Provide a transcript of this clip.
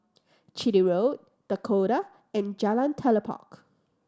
Chitty Road Dakota and Jalan Telipok